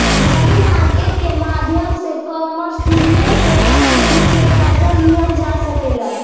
मनी market के माध्यम से कमर्शियल पेपर के रूप में कर्जा लिहल जा सकेला